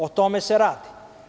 O tome se radi.